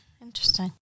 interesting